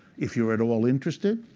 if you are at all interested,